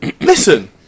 listen